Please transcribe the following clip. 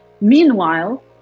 Meanwhile